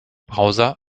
browser